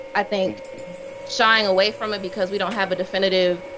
i think shying away from it because we don't have a definitive